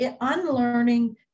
unlearning